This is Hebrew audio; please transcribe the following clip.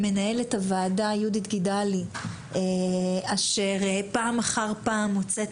מנהלת הוועדה יהודית גידלי פעם אחר פעם מוצאת